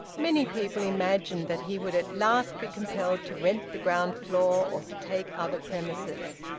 many people imagined that he would at last be compelled to rent the ground-floor or to take other premises.